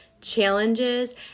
challenges